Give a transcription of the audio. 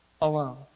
alone